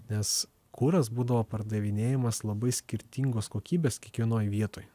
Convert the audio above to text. nes kuras būdavo pardavinėjamas labai skirtingos kokybės kiekvienoj vietoj